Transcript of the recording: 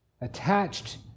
attached